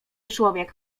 człowiek